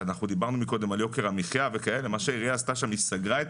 דיברנו קודם על יוקר המחיה היא סגרה את